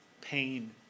pain